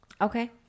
Okay